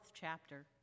chapter